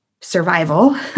survival